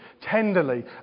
tenderly